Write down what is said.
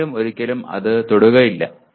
ആരും ഒരിക്കലും അത് തൊടുകയില്ല